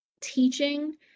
teaching